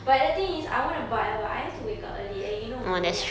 but the thing is I want to buy but I've to wake up early and you know me